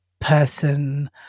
person